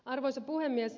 arvoisa puhemies